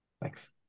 Thanks